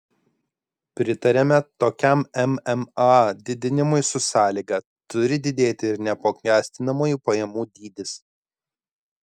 pritariame tokiam mma didinimui su sąlyga turi didėti ir neapmokestinamųjų pajamų dydis